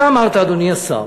אתה אמרת, אדוני השר,